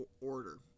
order